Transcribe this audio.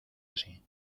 así